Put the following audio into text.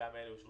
אציג